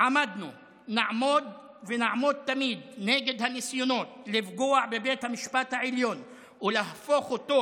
עמדנו ונעמוד תמיד נגד הניסיונות לפגוע בבית המשפט העליון ולהפוך אותו